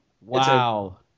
Wow